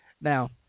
Now